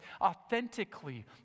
authentically